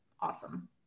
awesome